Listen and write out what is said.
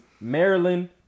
Maryland